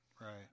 right